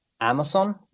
Amazon